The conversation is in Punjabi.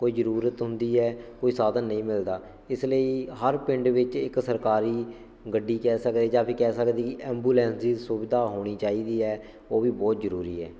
ਕੋਈ ਜ਼ਰੂਰਤ ਹੁੰਦੀ ਹੈ ਕੋਈ ਸਾਧਨ ਨਹੀਂ ਮਿਲਦਾ ਇਸ ਲਈ ਹਰ ਪਿੰਡ ਵਿੱਚ ਇੱਕ ਸਰਕਾਰੀ ਗੱਡੀ ਕਹਿ ਸਕਦੇ ਜਾਂ ਵੀ ਕਹਿ ਸਕਦੀ ਐਂਬੂਲੈਂਸ ਦੀ ਸੁਵਿਧਾ ਹੋਣੀ ਚਾਹੀਦੀ ਹੈ ਉਹ ਵੀ ਬਹੁਤ ਜ਼ਰੂਰੀ ਹੈ